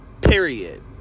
Period